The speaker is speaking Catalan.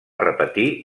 repetir